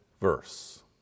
verse